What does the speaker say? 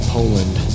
Poland